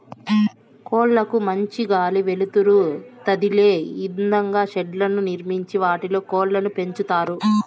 కోళ్ళ కు మంచి గాలి, వెలుతురు తదిలే ఇదంగా షెడ్లను నిర్మించి వాటిలో కోళ్ళను పెంచుతారు